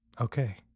Okay